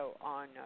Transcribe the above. on